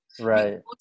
right